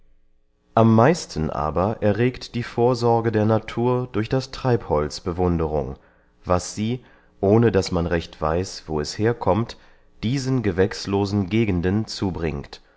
am meisten aber erregt die vorsorge der natur durch das treibholz bewunderung was sie ohne daß man recht weiß wo es herkommt diesen gewächslosen gegenden zubringt